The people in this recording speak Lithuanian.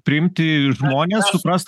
priimti žmones suprast